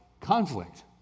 conflict